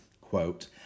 quote